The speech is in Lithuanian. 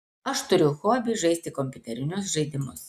aš turiu hobį žaisti kompiuterinius žaidimus